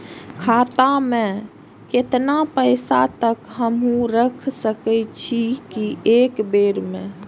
खाता में केतना पैसा तक हमू रख सकी छी एक बेर में?